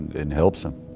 and helps him.